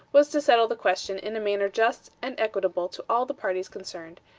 was to settle the question in a manner just and equitable to all the parties concerned,